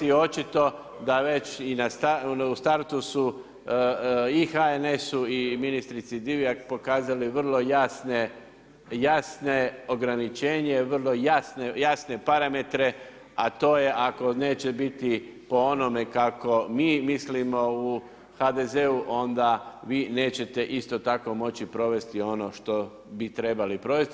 I očito da već i startu su i HNS-u i ministrici Divjak pokazali vrlo jasne, ograničenje, vrlo jasne parametre a to je ako neće biti po onome kako mi mislimo u HDZ-u onda vi nećete isto tako provesti ono što bi trebali provesti.